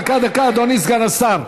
דקה, דקה, דקה, אדוני סגן השר.